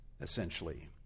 essentially